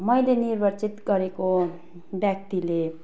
मैले निर्वाचित गरेको व्यक्तिले